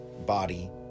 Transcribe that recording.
body